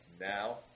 Now